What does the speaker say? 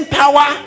power